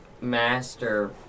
master